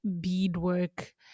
beadwork